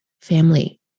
family